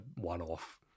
one-off